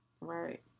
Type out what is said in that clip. Right